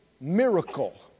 miracle